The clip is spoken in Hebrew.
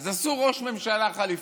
אז עשו ראש ממשלה חליפי.